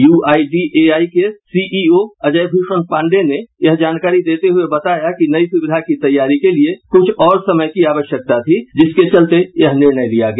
UIDAI के CEO Ajay Bhushan Pandey ने यह जानकारी देते हुए बताया कि नयी सुविधा की तैयारी के लिए कुछ और समय की आवश्यकता थी जिसके चलते यह निर्णय लिया गया